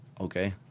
okay